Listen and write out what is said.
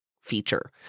feature